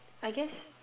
I guess